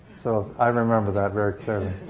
so i remember that very clearly.